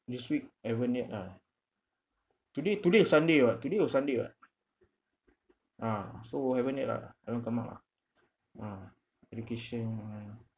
this week haven't yet ah today today is sunday what today or sunday what ah so haven't yet lah haven't come out lah ah education mm